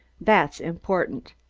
that's important.